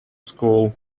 school